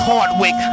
Hardwick